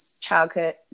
childhood